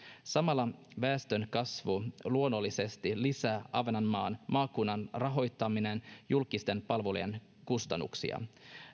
samalla väestönkasvu luonnollisesti lisää ahvenanmaan maakunnan rahoittamien julkisten palvelujen kustannuksia